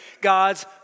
God's